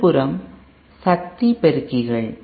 மறுபுறம் சக்தி பெருக்கிகள்